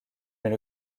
mais